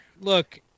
look